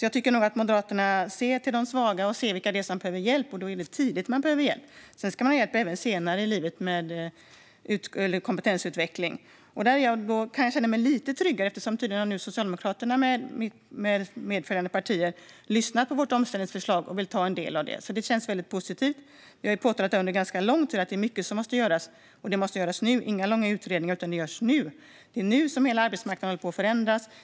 Jag tycker nog att Moderaterna ser till de svaga och ser vilka som behöver hjälp - och det är tidigt man behöver hjälp. Sedan ska man ha hjälp även senare i livet med kompetensutveckling. Där kan jag känna mig lite tryggare eftersom Socialdemokraterna med medföljande partier nu tydligen har lyssnat på vårt omställningsförslag och vill genomföra en del av det. Det känns väldigt positivt. Vi har påtalat under ganska lång tid att det är mycket som måste göras och att det måste göras nu - inga långa utredningar; det ska göras nu. Det är nu som hela arbetsmarknaden håller på att förändras.